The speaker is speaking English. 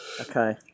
Okay